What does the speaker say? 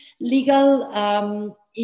legal